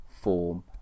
form